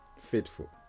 faithful